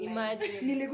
Imagine